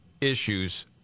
issues